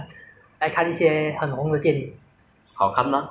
好看我今天就看始开始看那个